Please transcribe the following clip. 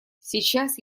сейчас